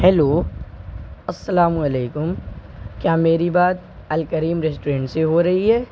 hello السلام علیکم کیا میری بات الکریم ریسٹورنٹ سے ہو رہی ہے